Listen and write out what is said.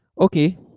okay